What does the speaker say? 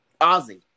Ozzy